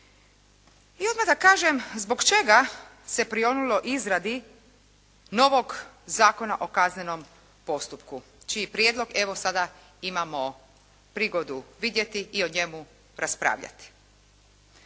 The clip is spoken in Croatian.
I odmah da kažem zbog čega se prionulo izradi novog Zakona o kaznenom postupku čiji prijedlog evo sada imamo prigodu vidjeti i o njemu raspravljati.